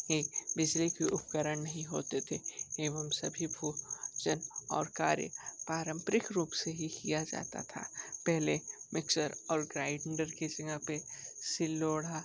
बिजली के उपकरण नहीं होते थे एवं सभी भोजन और कार्य पारम्परिक रूप से ही किया जाता था पहले मिक्सर और ग्राइंडर की जगह पे सिल लोढ़ा